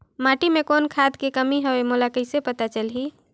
माटी मे कौन खाद के कमी हवे मोला कइसे पता चलही?